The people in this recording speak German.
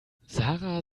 sarah